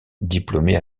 diplômés